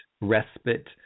respite